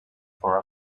for